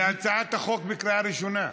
הצעת החוק בקריאה ראשונה.